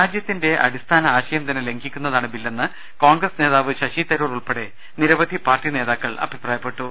രാജ്യത്തിന്റെ അടിസ്ഥാന ആശയം തന്നെ ലംഘിക്കുന്നതാണ് ബില്ലെന്ന് കോൺഗ്രസ് നേതാവ് ശശി തരൂർ ഉൾപ്പെടെ നിരവധി പാർട്ടി നേതാക്കൾ അഭിപ്രായപ്പെട്ടു